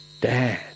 Dad